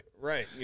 Right